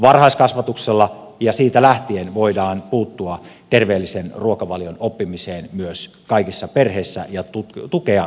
varhaiskasvatuksella ja siitä lähtien voidaan puuttua terveellisen ruokavalion oppimiseen myös kaikissa perheissä ja tukea kasvatustyötä